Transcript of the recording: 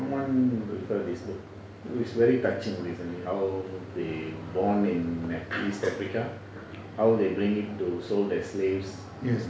yes